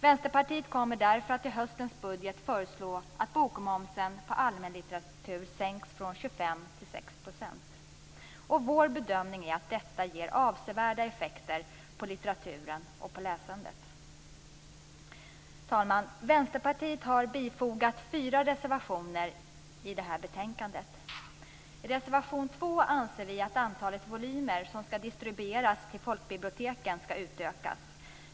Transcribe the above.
Vänsterpartiet kommer därför att i höstens budget föreslå att bokmomsen på allmänlitteratur sänks från 25 % till 6 %. Vår bedömning är att detta ger avsevärda effekter på litteraturen och läsandet. Fru talman! Vänsterpartiet har fogat fyra reservationer till betänkandet. I reservation 2 anser vi att antalet volymer som skall distribueras till folkbiblioteken skall utökas.